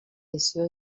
edició